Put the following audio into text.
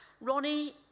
Ronnie